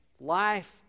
Life